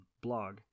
blog